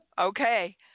Okay